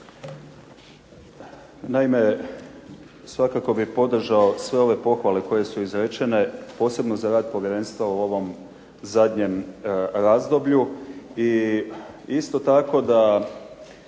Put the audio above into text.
Naime, svakako bih podržao sve ove pohvale koje su izrečene posebno za rad povjerenstva u ovom zadnjem razdoblju i isto tako da